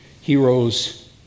Heroes